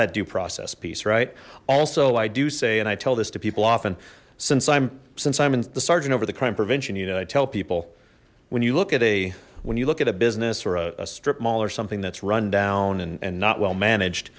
that due process piece right also i do say and i tell this to people often since i'm since i'm in the sergeant over the crime prevention unit i tell people when you look at a when you look at a business or a strip mall or something that's run down and not well managed